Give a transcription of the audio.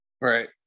right